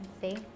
see